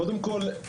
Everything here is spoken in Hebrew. קודם כל,